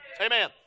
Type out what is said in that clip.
Amen